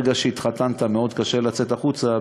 ברגע שהתחתנת מאוד קשה לצאת החוצה,